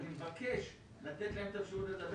אני מבקש לתת להם את הרשות לדבר.